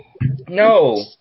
No